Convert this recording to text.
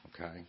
Okay